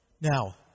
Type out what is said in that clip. Now